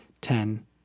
ten